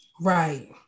Right